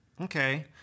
Okay